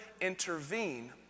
intervene